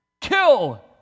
kill